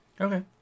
Okay